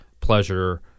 pleasure